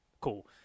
cool